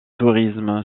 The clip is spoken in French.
tourisme